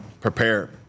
prepare